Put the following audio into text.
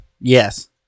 Yes